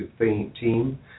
team